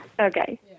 Okay